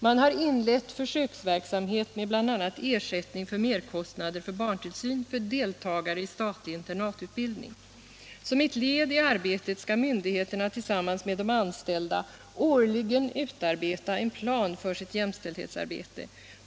Man har inlett försöksverksamhet med bl.a. ersättning för merkostnader för barntillsyn för deltagare i statlig internatutbildning. Som ett led i arbetet skall myndigheterna tillsammans med de anställda årligen utarbeta en plan för sitt jämställdhetsarbete.